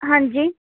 ਹਾਂਜੀ